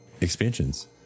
Expansions